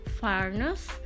fairness